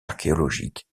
archéologiques